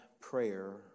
prayer